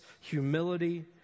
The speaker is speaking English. humility